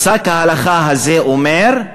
ופסק ההלכה הזה אומר,